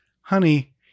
honey